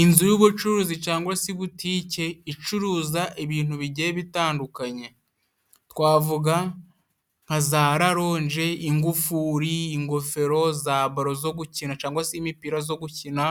Inzu y'ubucuruzi cyangwa se ibutike icuruza ibintu bigiye bitandukanye, twavuga nka za raronge, ingufuri, ingofero, za baro zo gukina cangwa se imipira zo gukina